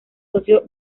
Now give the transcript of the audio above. socio